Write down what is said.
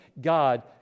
God